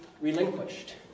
relinquished